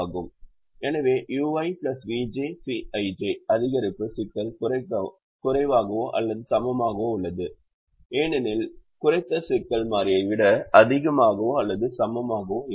எனவே ui vj Cij அதிகரிப்பு சிக்கல் குறைவாகவோ அல்லது சமமாகவோ உள்ளது ஏனெனில் குறைத்தல் சிக்கல் மாறியை விட அதிகமாகவோ அல்லது சமமாகவோ இருக்கும்